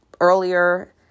earlier